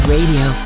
Radio